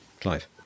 clive